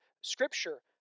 Scripture